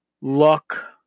luck